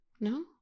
No